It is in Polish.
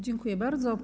Dziękuję bardzo.